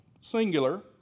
singular